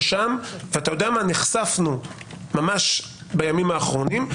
ונחשפנו לזה ממש בימים האחרונים,